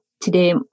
today